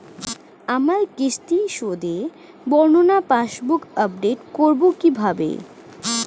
আমার কিস্তি শোধে বর্ণনা পাসবুক আপডেট করব কিভাবে?